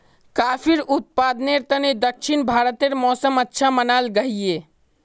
काफिर उत्पादनेर तने दक्षिण भारतेर मौसम अच्छा मनाल गहिये